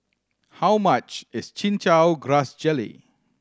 how much is Chin Chow Grass Jelly